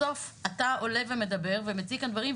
בסוף אתה עולה ומדבר ומציג כאן דברים,